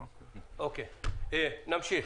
נמשיך.